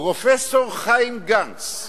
פרופסור חיים גנץ.